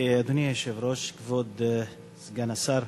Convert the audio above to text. אדוני היושב-ראש, כבוד סגן השר,